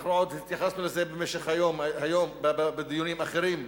התייחסנו לזה במשך היום בדיונים אחרים,